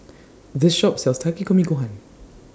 This Shop sells Takikomi Gohan